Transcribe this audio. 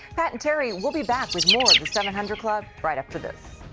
pat and terry will be back with more of the seven hundred club right after this.